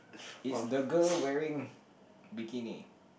is the girl wearing bikini